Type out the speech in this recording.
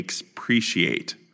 appreciate